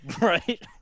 Right